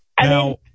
Now